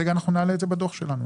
אנחנו נעלה את זה בדוח שלנו.